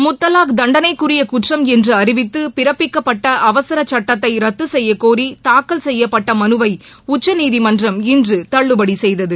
முத்தலாக் தண்டனைக்குரிய குற்றம் என்று அறிவித்து பிறப்பிக்கப்பட்ட அவரசச் சுட்டத்தை ரத்து செய்யக்கோரி தாக்கல் செய்யப்பட்ட மனுவை உச்சநீதிமன்றம் இன்று தள்ளுபடி செய்தது